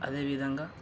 అదేవిధంగా